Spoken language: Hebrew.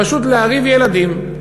פשוט להרעיב ילדים.